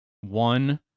one